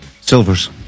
Silvers